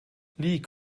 lig